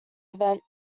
event